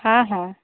हँ हँ